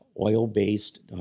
oil-based